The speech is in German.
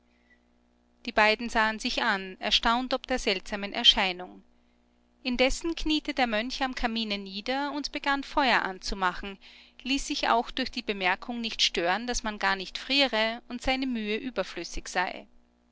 die beiden sahen sich an erstaunt ob der seltsamen erscheinung indessen kniete der mönch am kamine nieder und begann feuer anzumachen ließ sich auch durch die bemerkung nicht stören daß man gar nicht friere und seine mühe überflüssig sei